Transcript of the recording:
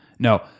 No